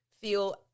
feel